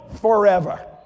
forever